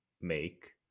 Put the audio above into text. make